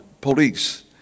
police